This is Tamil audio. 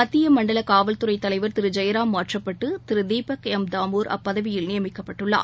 மத்திய மண்டல காவல்துறைத் தலைவர் திரு ஜெயராம் மாற்றப்பட்டு திரு தீபக் எம் தாமோர் அப்பதவியில் நியமிக்கப்பட்டுள்ளார்